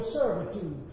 servitude